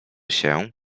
się